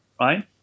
right